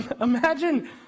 imagine